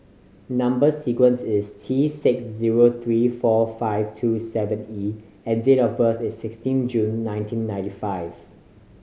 number sequence is T six zero three four five two seven E and date of birth is sixteen June nineteen ninety five